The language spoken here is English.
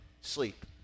sleep